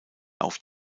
auf